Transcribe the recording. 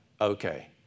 okay